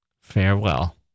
farewell